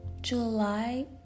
July